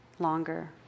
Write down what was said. longer